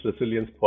Resilience